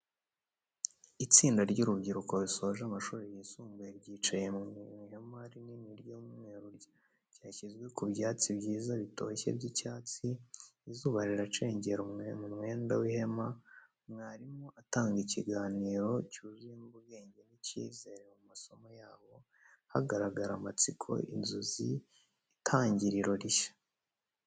Itsinda ry’urubyiruko rusoje amashuri yisumbuye ryicaye mu ihema rinini ry’umweru ryashyizwe ku byatsi byiza bitoshye by’icyatsi. Izuba riracengera mu mwenda w’ihema, mwarimu atanga ikiganiro cyuzuyemo ubwenge n’icyizere. Mu maso yabo hagaragara amatsiko, inzozi, n’itangiriro rishya.